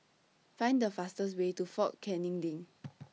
Find The fastest Way to Fort Canning LINK